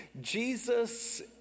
Jesus